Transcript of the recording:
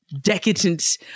decadent